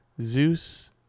Zeus